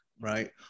right